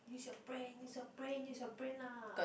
use your brain use your brain use your brain lah